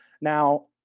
Now